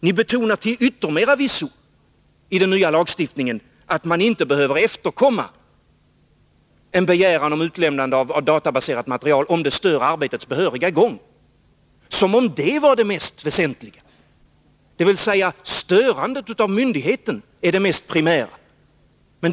Ni betonar till yttermera visso i den nya lagstiftningen att man inte behöver efterkomma en begäran om utlämnande av databaserat material, om det stör arbetets behöriga gång. Det är precis som om det mest väsentliga var störandet av myndigheten.